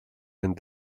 and